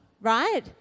right